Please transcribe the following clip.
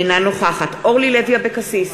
אינה נוכחת אורלי לוי אבקסיס,